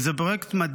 זה פרויקט מדהים.